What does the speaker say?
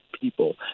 people